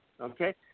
okay